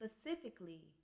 Specifically